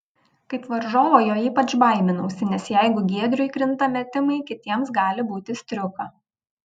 kaip varžovo jo ypač baiminausi nes jeigu giedriui krinta metimai kitiems gali būti striuka